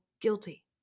guilty